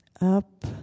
up